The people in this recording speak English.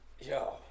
Yo